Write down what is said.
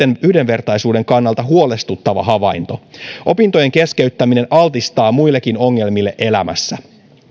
yhdenvertaisuuden kannalta huolestuttava havainto opintojen keskeyttäminen altistaa muillekin ongelmille elämässä